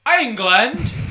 England